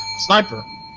Sniper